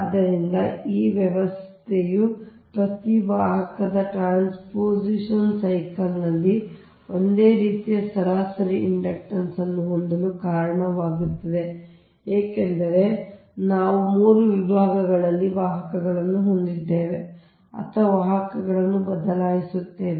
ಆದ್ದರಿಂದ ಈ ವ್ಯವಸ್ಥೆಯು ಪ್ರತಿ ವಾಹಕವು ಟ್ರಾನ್ಸ್ಪೋಸಿಷನ್ ಸೈಕಲ್ ನಲ್ಲಿ ಒಂದೇ ರೀತಿಯ ಸರಾಸರಿ ಇಂಡಕ್ಟನ್ಸ್ ಅನ್ನು ಹೊಂದಲು ಕಾರಣವಾಗುತ್ತದೆ ಏಕೆಂದರೆ ನಾವು 3 ವಿಭಾಗಗಳಲ್ಲಿ ವಾಹಕಗಳನ್ನು ಹೊಂದಿದ್ದೇವೆ ಅಥವಾ ವಾಹಕಗಳನ್ನು ಬದಲಾಯಿಸುತ್ತೇವೆ